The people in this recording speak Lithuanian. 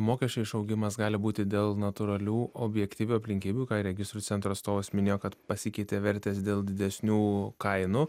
mokesčių išaugimas gali būti dėl natūralių objektyvių aplinkybių ką ir registrų centro atstovas minėjo kad pasikeitė vertės dėl didesnių kainų